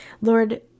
Lord